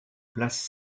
place